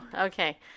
Okay